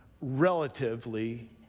relatively